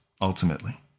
ultimately